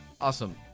awesome